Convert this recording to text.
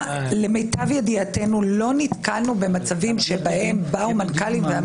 לא נתקלנו במצבים שבהם באו מנכ"לים.